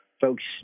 folks –